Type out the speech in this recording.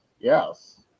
Yes